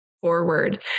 forward